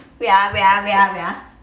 wait ah wait ah wait ah wait ah